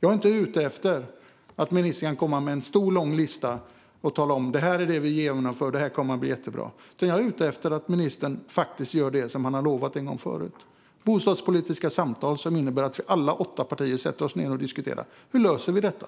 Jag är inte ute efter att ministern ska komma med en lång lista och tala om vad som genomförs och att det kommer att bli jättebra, utan jag är ute efter att ministern faktiskt ska göra det som han har lovat en gång förut. Det handlar om bostadspolitiska samtal där vi i alla åtta partier sätter oss ned och diskuterar hur vi ska lösa detta.